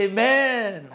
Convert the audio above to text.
Amen